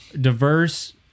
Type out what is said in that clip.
diverse